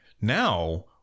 now